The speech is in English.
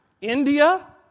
India